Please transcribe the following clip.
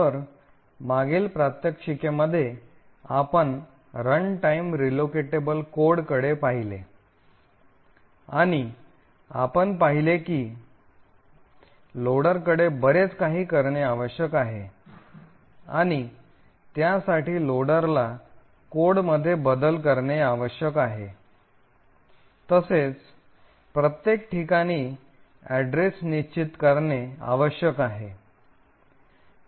तर मागील प्रात्यक्षिकेमध्ये आपण रनटाइम रीलोकेटेबल कोड कडे पाहिले आणि आपण पाहिले की लोडरकडे बरेच काही करणे आवश्यक आहे आणि त्यासाठी लोडरला कोडमध्ये बदल करणे आवश्यक आहे तसेच प्रत्येक ठिकाणी पत्ता निश्चित करणे आवश्यक आहे